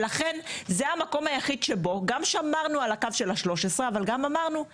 לכן זה המקום היחיד שבו גם שמרנו על הקו של ה-13 אבל גם אמרנו בסדר,